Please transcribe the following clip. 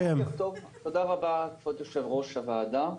תודה רבה כבוד יושב ראש הוועדה.